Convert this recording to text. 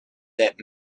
that